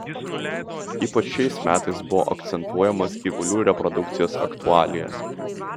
ypač šiais metais buvo akcentuojamos gyvulių reprodukcijos aktualijos